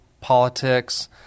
politics